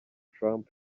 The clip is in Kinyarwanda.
trump